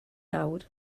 nawr